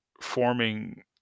forming